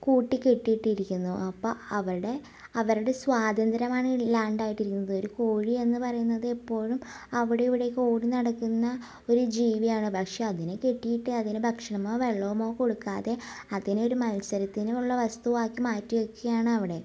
കൂട്ടി കെട്ടിയിട്ടിരിക്കുന്നു അപ്പം അവരുടെ അവരുടെ സ്വാതന്ത്ര്യമാണ് ഇല്ലാണ്ടായിട്ടിരിക്കുന്നത് ഒരു കോഴി എന്നുപറയുന്നത് എപ്പോഴും അവിടെ ഇവിടെ ഒക്കെ ഓടി നടക്കുന്ന ഒരു ജീവിയാണ് പക്ഷെ അതിനെ കെട്ടിയിട്ട് അതിന് ഭക്ഷണമോ വെള്ളമോ കൊടുക്കാതെ അതിനൊര് മത്സരത്തിനുള്ള വസ്തുവാക്കി മാറ്റി വയ്ക്കുവാണ് അവിടെ